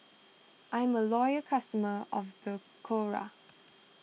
I'm a loyal customer of Berocca